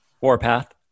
Warpath